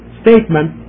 statement